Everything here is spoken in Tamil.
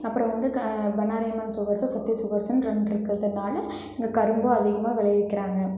அப்புறம் வந்து பண்ணாரியம்மன் சுகர்ஸு சக்தி சுகர்ஸுனு ரெண்டு இருக்கிறதுனால இங்கே கரும்பும் அதிகமாக விளைவிக்கிறாங்க